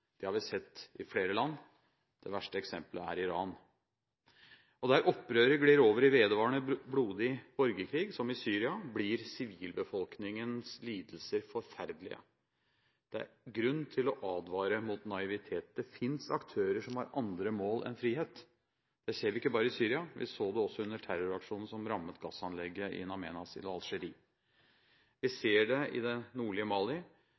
Det har vi sett i flere land. Det verste eksemplet er Iran. Der opprøret glir over i vedvarende blodig borgerkrig, som i Syria, blir sivilbefolkningens lidelser forferdelige. Det er grunn til å advare mot naivitet. Det finnes aktører som har andre mål enn frihet. Det ser vi ikke bare i Syria, vi så det også under terroraksjonen som rammet gassanlegget In Amenas i Algerie. Vi ser det i det nordlige Mali